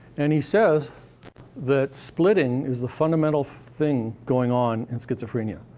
and he says that splitting is the fundamental thing going on in schizophrenia.